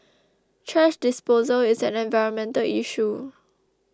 thrash disposal is an environmental issue